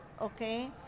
okay